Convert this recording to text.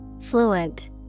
Fluent